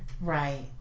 Right